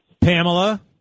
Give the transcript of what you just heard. Pamela